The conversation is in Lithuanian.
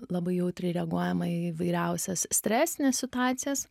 labai jautriai reaguojama į įvairiausias stresines situacijas